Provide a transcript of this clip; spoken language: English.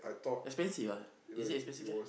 expensive ah is it expensive there